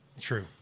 True